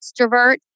extrovert